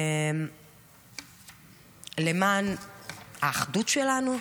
למען האחדות שלנו,